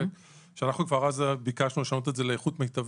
ביקשנו כבר אז לשנות את זה לאיכות מיטבית.